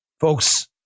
Folks